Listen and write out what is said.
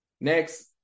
Next